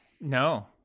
no